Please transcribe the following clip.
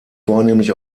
vornehmlich